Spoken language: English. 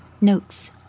Notes